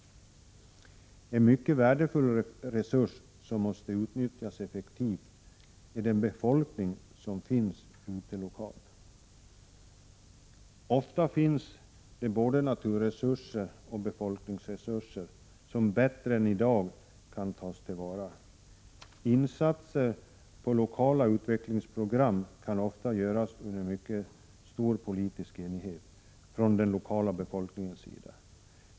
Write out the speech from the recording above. En mycket värdefull resurs som måste utnyttjas effektivt är den lokala befolkningen. Ofta finns det både naturresurser och befolkningsresurser som kan tas till vara bättre. Insatser för lokala utvecklingsprogram kan ofta göras under mycket stor politisk enighet från den lokala befolkningens sida.